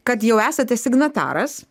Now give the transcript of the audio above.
kad jau esate signataras